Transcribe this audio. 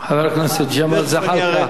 חבר הכנסת ג'מאל זחאלקה,